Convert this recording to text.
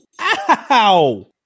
Ow